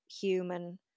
human